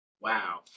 wow